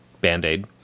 band-aid